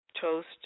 toast